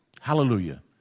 Hallelujah